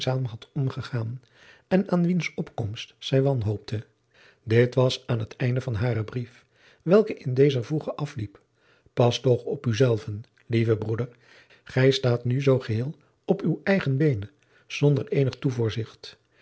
had omgegaan en aan wiens opkomst zij wanhoopte dit was aan het einde van haren brief welke in dezer voege afliep pas toch op u zelven lieve broeder gij staat nu zoo geheel op uwe eigen beenen zonder eenig